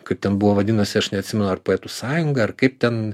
kad ten buvo vadinasi aš neatsimenu ar poetų sąjunga kaip ten